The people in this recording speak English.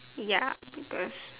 ya peoples